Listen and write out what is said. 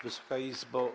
Wysoka Izbo!